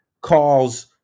calls